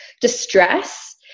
distress